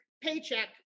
paycheck